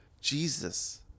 Jesus